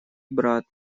брат